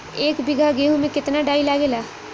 एक बीगहा गेहूं में केतना डाई लागेला?